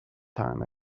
time